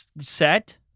set